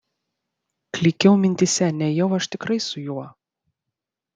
klykiau mintyse nejau aš tikrai su juo